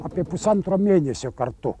apie pusantro mėnesio kartu